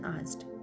asked